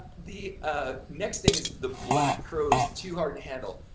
the ah next thing is the black crowes too hard to handle.